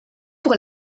pour